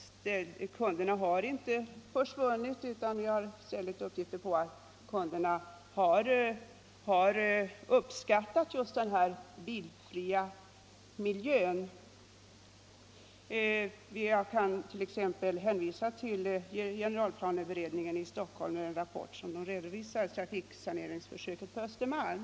Kunderna har inte försvunnit utan efter vad det har sagts oss har kunderna uppskattat just den bilfria miljön. Jag kan t.ex. hänvisa till en rapport från generalplaneberedningen i Stockholm i vilken redovisas en uppföljning av trafiksaneringsförsöket på Östermalm.